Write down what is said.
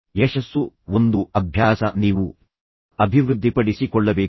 ಯಶಸ್ಸು ಒಂದು ಅಭ್ಯಾಸ ನೀವು ಅಭಿವೃದ್ಧಿಪಡಿಸಿ ಕೊಳ್ಳಬೇಕು